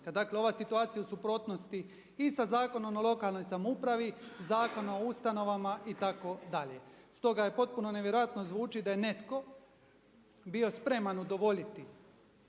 Dakle ova situacija je u suprotnosti i sa Zakonom o lokalnoj samoupravi, Zakonom o ustanovama itd. Stoga potpuno nevjerojatno zvuči da je netko bio spreman udovoljiti